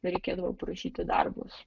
reikėdavo parašyti darbus